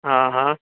हा हा